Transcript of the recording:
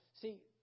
See